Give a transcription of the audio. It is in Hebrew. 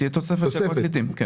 תהיה תוספת של פרקליטים.